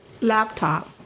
laptop